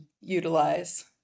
utilize